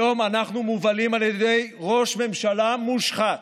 היום אנחנו מובלים על ידי ראש ממשלה מושחת,